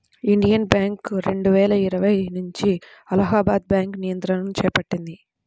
Indian Bank రెండువేల ఇరవై నుంచి అలహాబాద్ బ్యాంకు నియంత్రణను చేపట్టింది